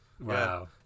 Wow